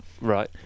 right